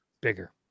bigger